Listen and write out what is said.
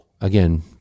again